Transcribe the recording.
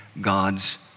God's